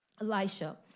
Elisha